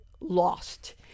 lost